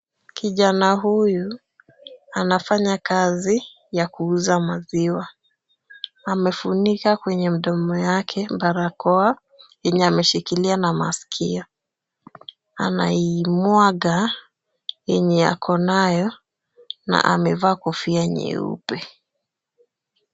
Kijana huyu anafanya kazi ya kuuza maziwa. Amefunika kwenye mdomo yake, barakoa yenye ameshikilia na masikio. Anaimwaga yenye ako nayo, na amevaa kofia nyeupe.